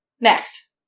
Next